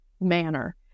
manner